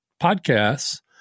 podcasts